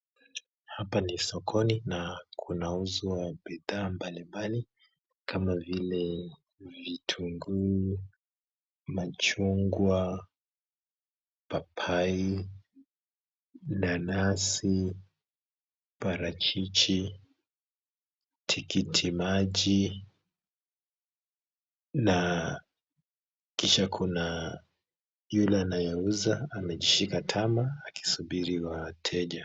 Hapa ni sokoni na kunauzwa bidhaa mbalimbali kama vile, vitunguu, machungwa, papai, nanasi, parachichi, tikiti maji na kisha kuna yule anayeuza, amejishika tama akisubiri wateja.